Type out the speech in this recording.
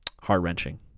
heart-wrenching